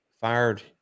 fired